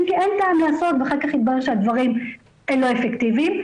כי אין טעם לעשות ואחר כך יתברר שהדברים לא אפקטיביים.